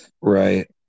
Right